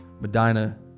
Medina